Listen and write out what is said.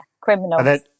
criminals